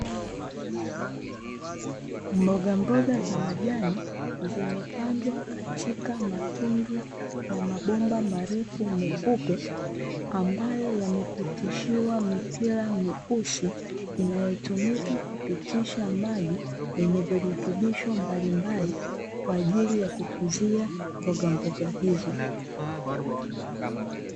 Mbogamboga za majani zimepandwa katika matundu ya mabomba marefu meupe, ambayo yamepitishiwa mipira meusi inayotumika kupitisha maji yenye virutubisho mbalimbali kwa ajili ya kukuzia mbogamboga hizo .